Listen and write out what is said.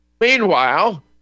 Meanwhile